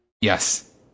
Yes